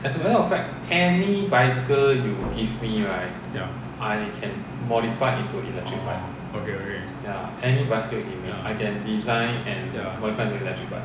ya orh okay okay ya ya